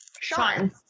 sean